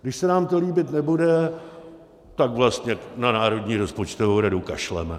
Když se nám to líbit nebude, tak vlastně na Národní rozpočtovou radu kašleme.